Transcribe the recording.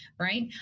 right